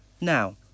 Now